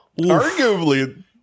arguably